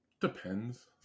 depends